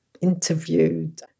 interviewed